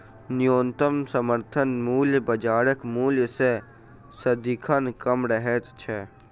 न्यूनतम समर्थन मूल्य बाजारक मूल्य सॅ सदिखन कम रहैत छै